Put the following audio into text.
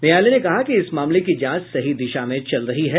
न्यायालय ने कहा कि इस मामले की जांच सही दिशा में चल रही है